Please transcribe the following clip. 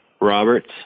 Roberts